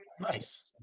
Nice